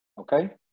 okay